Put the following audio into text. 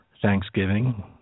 Thanksgiving